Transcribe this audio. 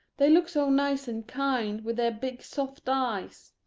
they look so nice and kind, with their big soft eyes.